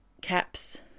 caps